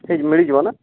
ଠିକ୍ ମିଳି ଯିବନା